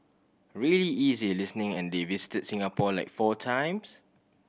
really easy listening and they visited Singapore like four times